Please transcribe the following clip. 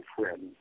friend